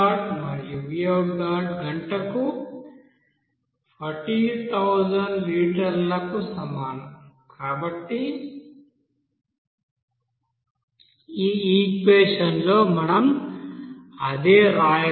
మరియు గంటకు 40000 లీటర్లకు సమానం కాబట్టి ఈ ఈక్వెషన్ లో మనం అదే వ్రాయవచ్చు